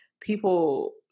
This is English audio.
people